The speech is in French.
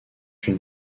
une